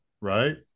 right